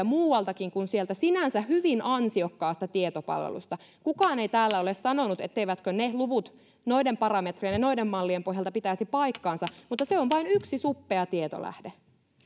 muualtakin kuin sieltä sinänsä hyvin ansiokkaasta tietopalvelusta kukaan ei täällä ole sanonut etteivätkö ne luvut noiden parametrien ja noiden mallien pohjalta pitäisi paikkaansa mutta se on vain yksi suppea tietolähde